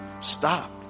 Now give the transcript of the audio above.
Stop